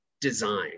design